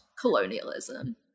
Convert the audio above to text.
colonialism